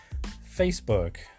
Facebook